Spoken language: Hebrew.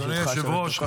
בבקשה, לרשותך שלוש דקות.